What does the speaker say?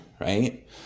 right